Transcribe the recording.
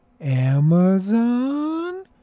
amazon